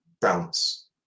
bounce